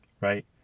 right